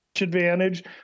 advantage